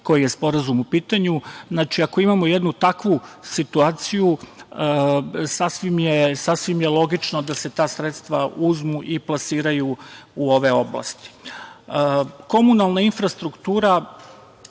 koji je sporazum u pitanju. Znači, ako imamo jednu takvu situaciju, sasvim je logično da se ta sredstva uzmu i plasiraju u ove oblasti. Komunalna infrastruktura,